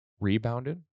rebounded